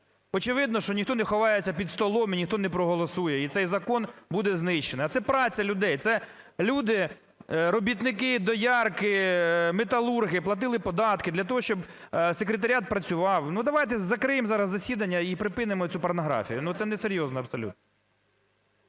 Очевидно, що ніхто не ховається під столом і ніхто не проголосує. І цей закон буде знищений. А це праця людей. Це люди, робітники, доярки, металурги, платили податки для того, щоб секретаріат працював. Ну давайте закриємо зараз засідання і припинимо цю порнографію, це несерйозно абсолютно.